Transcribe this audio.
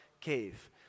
cave